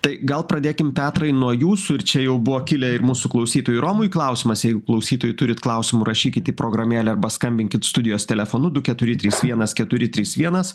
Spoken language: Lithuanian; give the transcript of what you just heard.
tai gal pradėkim petrai nuo jūsų ir čia jau buvo kilę ir mūsų klausytojui romui klausimas jeigu klausytojai turit klausimų rašykit į programėlę paskambinkit studijos telefonu du keturi trys vienas keturi trys vienas